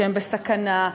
שהם בסכנה,